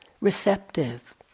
receptive